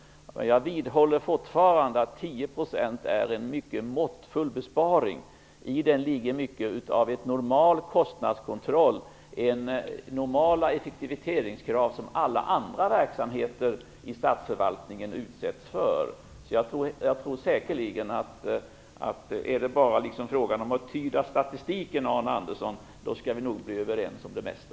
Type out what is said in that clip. Jag vidhåller fortfarande att 10 % är en mycket måttfull besparing. I den ligger mycket av en normal kostnadskontroll, ett normalt effektivitetskrav som alla andra verksamheter i statsförvaltningen utsätts för. Jag tror säkerligen att om det bara är fråga om att tyda statistiken, Arne Andersson, skall vi nog bli överens om det mesta.